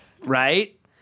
Right